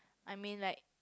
I mean like